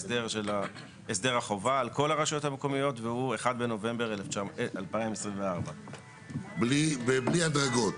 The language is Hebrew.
הסדר החובה על כל הרשויות המקומיות והוא 1 בנובמבר 2024. ובלי הדרגות.